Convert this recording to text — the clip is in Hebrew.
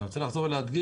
אני רוצה לחזור ולהדגיש,